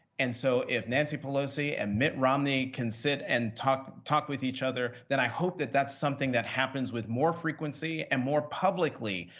and so, if nancy pelosi and mitt romney can sit and talk talk with each other, then i hope that that's something that happens with more frequency and more publicly,